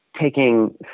taking